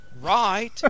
Right